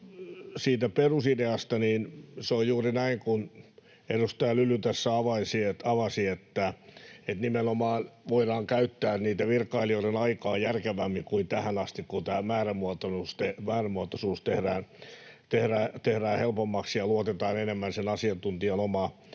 siitä perusideasta, niin se on juuri näin kuin edustaja Lyly tässä avasi, että nimenomaan voidaan käyttää niitten virkailijoiden aikaa järkevämmin kuin tähän asti, kun tämä määrämuotoisuus tehdään helpommaksi ja luotetaan enemmän sen asiantuntijan omaan